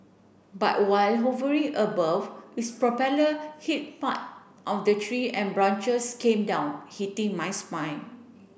but while hovering above its propeller hit part of the tree and branches came down hitting my spine